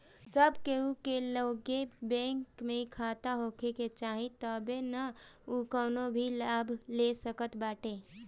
सब केहू के लगे बैंक में खाता होखे के चाही तबे नअ उ कवनो भी लाभ ले सकत बाटे